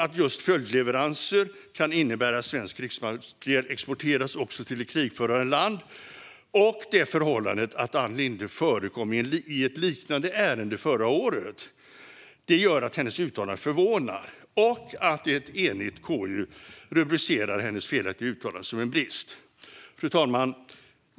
Att just följdleveranser kan innebära att svensk krigsmateriel exporteras också till ett krigförande land och även att Ann Linde förekom i ett liknande ärende förra året gör att hennes uttalande förvånar - och att ett enigt KU rubricerar hennes felaktiga uttalande som en brist. Fru talman!